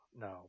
no